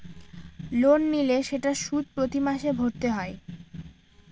loan নিলে সেটার সুদ প্রতি মাসে ভরতে হয়